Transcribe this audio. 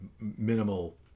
minimal